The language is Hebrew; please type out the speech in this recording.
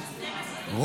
למה מטומטמת, אחמד?